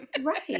Right